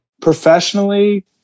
Professionally